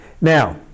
Now